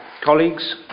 colleagues